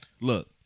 look